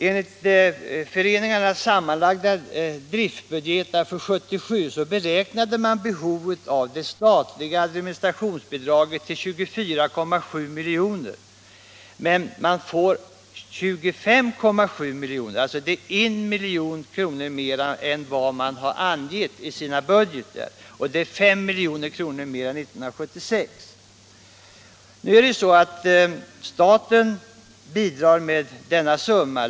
Enligt föreningarnas sammanlagda driftbudgetar för 1977 beräknade man behovet av statligt administrationsbidrag till 24,7 milj.kr., men föreningarna får 25,7 milj. — alltså 1 milj.kr. mer än de har angett i sina budgetar och 5 milj.kr. mer än 1976. Staten bidrar med denna summa.